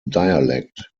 dialect